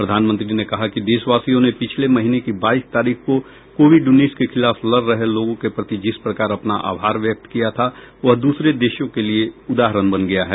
प्रधानमंत्री ने कहा कि देशवासियों ने पिछले महीने की बाईस तारीख को कोविड उन्नीस के खिलाफ लड रहे लोगों के प्रति जिस प्रकार अपना आभार व्यक्त किया था वह दूसरे देशों के लिए उदाहरण बन गया है